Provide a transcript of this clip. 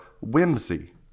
whimsy